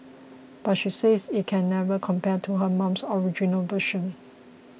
but she says it can never compare to her mum's original version